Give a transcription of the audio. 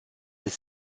des